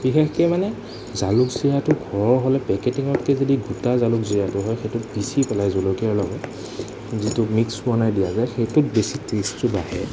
বিশেষকৈ মানে জালুক জিৰাটো ঘৰৰ হ'লে পেকেটিঙতকৈ যদি গোটা জালুক জিৰাটো হয় সেইটো পিচি পেলাই জলকীয়া লগত যিটো মিক্স বনাই দিয়া যায় সেইটোত বেছি টেষ্টটো বাঢ়ে